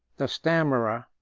the stammerer,